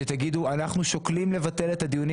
אז תגידו שאנחנו שוקלים לבטל את הדיונים